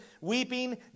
weeping